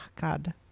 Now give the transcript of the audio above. God